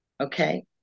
Okay